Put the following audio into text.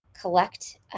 collect